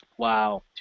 Wow